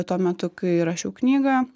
tuo metu kai rašiau knygą